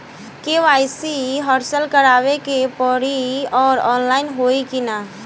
KYC हर साल करवावे के पड़ी और ऑनलाइन होई की ना?